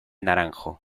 naranjo